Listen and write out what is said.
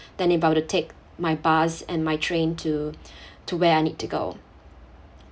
then it bound to take my bus and my train to to where I need to go